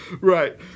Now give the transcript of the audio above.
right